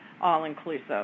all-inclusive